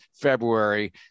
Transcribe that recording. february